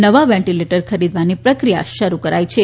નવા વેન્ટીલેટર્સ ખરીદવાની પ્રક્રિયા શરૂ કરાઇ છે